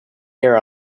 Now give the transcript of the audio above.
error